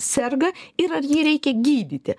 serga ir ar jį reikia gydyti